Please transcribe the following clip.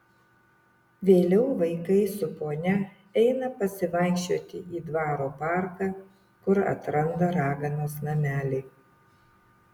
vėliau vaikai su ponia eina pasivaikščioti į dvaro parką kur atranda raganos namelį